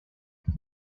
the